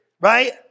right